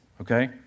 okay